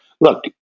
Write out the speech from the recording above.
Look